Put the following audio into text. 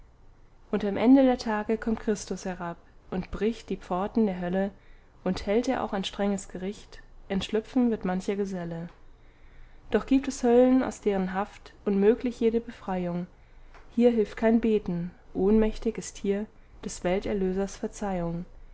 und am ende der tage kommt christus herab und bricht die pforten der hölle und hält er auch ein strenges gericht entschlüpfen wird mancher geselle doch gibt es höllen aus deren haft unmöglich jede befreiung hier hilft kein beten ohnmächtig ist hier des welterlösers verzeihung